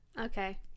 okay